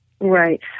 Right